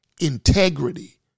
Integrity